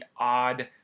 odd